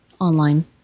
Online